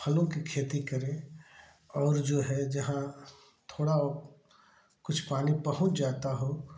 फलों की खेती करें और जो है जहाँ थोड़ा कुछ पानी पहुँच जाता हो